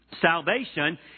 salvation